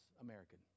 American